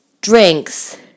drinks